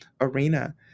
arena